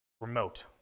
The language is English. remote